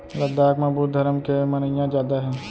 लद्दाख म बुद्ध धरम के मनइया जादा हे